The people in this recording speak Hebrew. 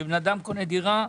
כשבן אדם קונה דירה,